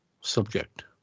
subject